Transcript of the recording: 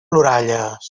ploralles